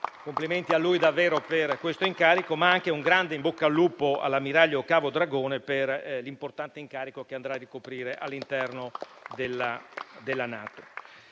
Complimenti a lui per questo incarico, ma anche un grande in bocca al lupo all'ammiraglio Cavo Dragone per l'importante incarico che andrà a ricoprire all'interno della NATO.